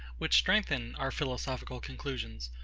which strengthen our philosophical conclusions,